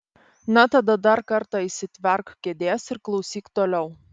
na tada dar kartą įsitverk kėdės ir klausyk toliau